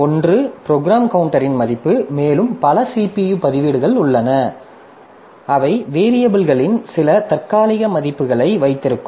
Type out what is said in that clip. ஒன்று ப்ரோக்ராம் கவுண்டரின் மதிப்பு மேலும் பல CPU பதிவேடுகள் உள்ளன அவை வேரியபில்களின் சில தற்காலிக மதிப்புகளை வைத்திருக்கும்